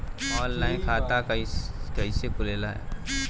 Online खाता कइसे खुलेला?